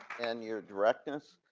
and your directness.